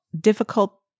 difficult